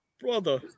brother